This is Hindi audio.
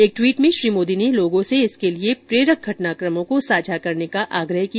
एक ट्वीट में श्री मोदी ने लोगों से इसके लिए प्रेरक घटनाकमों को साझा करने का आग्रह किया